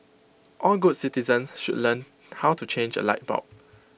all good citizens should learn how to change A light bulb